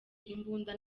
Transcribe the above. imbunda